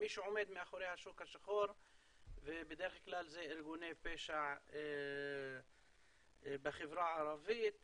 מי שעומד מאחורי השוק השחור ובדרך כלל אלה ארגוני פשע בחברה הערבית